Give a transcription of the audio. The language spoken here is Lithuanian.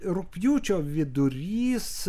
rugpjūčio vidurys